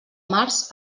març